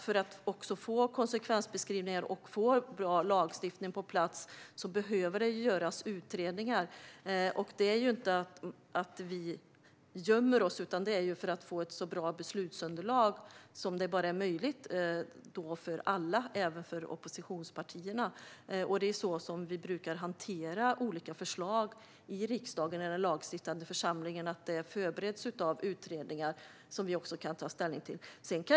För att få konsekvensbeskrivningar och bra lagstiftning på plats behöver det göras utredningar. Det är inte att vi gömmer oss, utan det är för att få ett så bra beslutsunderlag som det bara är möjligt för alla och även för oppositionspartierna. Det är så vi brukar hantera olika förslag i riksdagen, den lagstiftande församlingen. De förbereds av utredningar som vi kan ta ställning till.